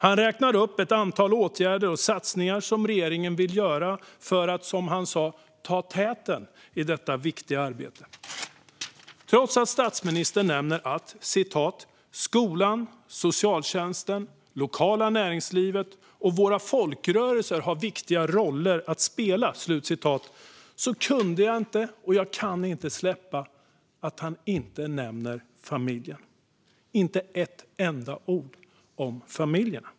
Han räknar upp ett antal åtgärder och satsningar som regeringen vill göra för att, som han sa, ta täten i detta viktiga arbete. Statsministern nämner att skolan, socialtjänsten, det lokala näringslivet och våra folkrörelser har viktiga roller att spela, men jag kan inte släppa att han inte nämner familjen. Han säger inte ett enda ord om familjen.